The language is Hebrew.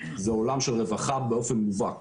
זה עולם של רווחה באופן מובהק